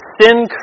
sin